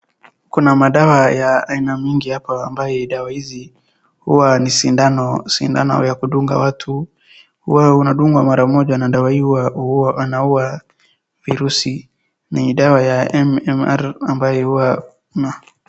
Kuna mdaawa ya aina mingi hapa ambaye dawa hizi huwa ni sindano, sindano ya kudunga watu. Hua unadungwa maramoja na dawa hii hua anaua virusi. Ni dawa ya MMR ambaye huwa una.